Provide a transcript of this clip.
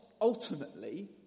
ultimately